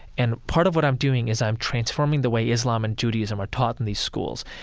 and part of what i'm doing is i'm transforming the way islam and judaism are taught in these schools,